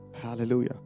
Hallelujah